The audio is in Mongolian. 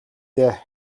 дээ